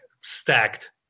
stacked